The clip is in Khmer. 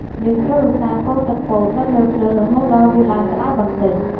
យើងត្រូវឧស្សាហ៍កូរទឹកពោតនៅលើភ្លើងហូតដល់វាឡើងក្ដៅបន្ដិច។